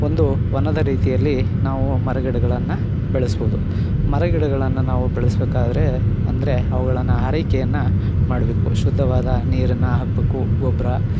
ಒಂದು ವನದ ರೀತಿಯಲ್ಲಿ ನಾವು ಮರಗಿಡಗಳನ್ನು ಬೆಳೆಸ್ಬೋದು ಮರಗಿಡಗಳನ್ನು ನಾವು ಬೆಳೆಸಬೇಕಾದ್ರೆ ಅಂದರೆ ಅವುಗಳನ್ನು ಆರೈಕೆಯನ್ನ ಮಾಡಬೇಕು ಶುದ್ಧವಾದ ನೀರನ್ನು ಹಾಕ್ಬೇಕು ಗೊಬ್ಬರ